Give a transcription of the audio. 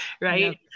right